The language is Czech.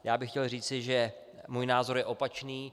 Já bych chtěl říci, že můj názor je opačný.